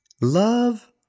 love